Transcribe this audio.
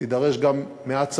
תידרש גם מעט סבלנות.